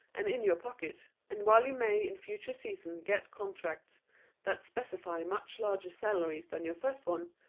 and in your pocket, and while you may in future seasons get contracts that specify much larger salaries than your first one